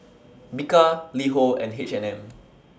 Bika LiHo and H and M